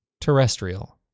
terrestrial